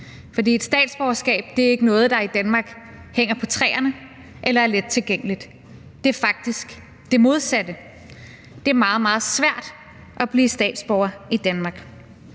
For et statsborgerskab er ikke noget, der i Danmark hænger på træerne eller er let tilgængeligt; det er faktisk det modsatte. Det er meget, meget svært at blive statsborger i Danmark,